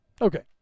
Okay